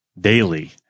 daily